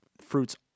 fruits